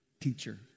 teacher